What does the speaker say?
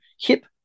hip